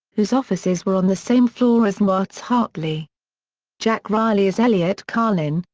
whose offices were on the same floor as newhart's hartley jack riley as elliot carlin,